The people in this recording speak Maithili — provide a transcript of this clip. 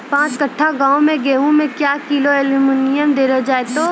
पाँच कट्ठा गांव मे गेहूँ मे क्या किलो एल्मुनियम देले जाय तो?